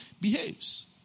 behaves